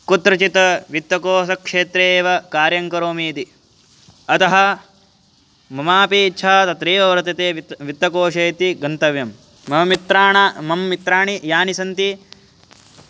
कुत्रचित् वित्तकोशक्षेत्रे एव कार्यङ्करोमि इति अतः ममापि इच्छा तत्रैव वर्तते वित् वित्तकोशे इति गन्तव्यं मम मित्राणां मम् मित्राणि यानि सन्ति